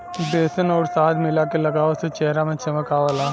बेसन आउर शहद मिला के लगावे से चेहरा में चमक आवला